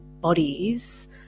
bodies